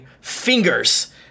fingers